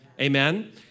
Amen